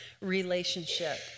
relationship